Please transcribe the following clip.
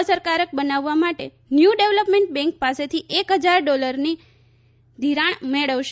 અસરકારક બનાવવા માટે ન્યુ ડેવલપમેન્ટ બેંક પાસેથી એક અબજ ડોલરની ધિરાણ મેળવશે